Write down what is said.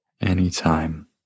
anytime